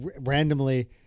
randomly